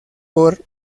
por